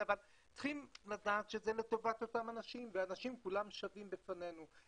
צריך לדעת שזה לטובת אותם אנשים והאנשים כולם שווים בפנינו.